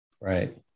Right